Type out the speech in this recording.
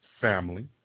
family